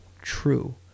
true